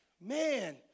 man